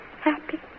Happy